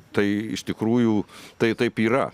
tai iš tikrųjų tai taip yra